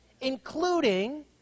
including